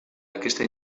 aquesta